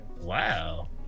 Wow